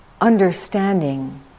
understanding